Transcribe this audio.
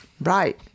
right